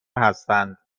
هستند